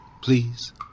please